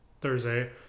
Thursday